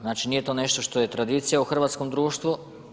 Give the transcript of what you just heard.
Znači nije to nešto što je tradicija u hrvatskom društvu.